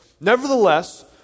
Nevertheless